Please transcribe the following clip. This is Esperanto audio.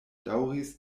daŭris